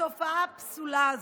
התופעה הפסולה הזו,